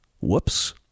Whoops